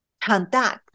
conduct